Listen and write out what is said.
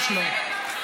לא.